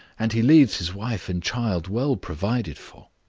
and he leaves his wife and child well provided for.